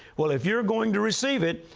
well, if you're going to receive it,